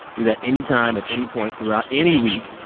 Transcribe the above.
do that any time at any point throughout any week.